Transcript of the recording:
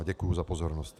Děkuji za pozornost.